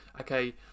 okay